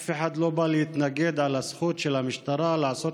אף אחד לא בא להתנגד לזכות של המשטרה לעשות